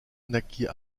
naquit